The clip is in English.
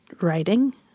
writing